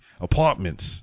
apartments